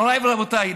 מוריי ורבותיי,